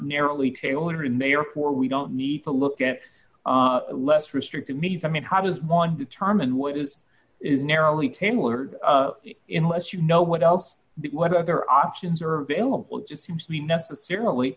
narrowly tailored mayor for we don't need to look at less restrictive means i mean how does one determine what is is narrowly tailored in less you know what else what other options are available just seems to be necessarily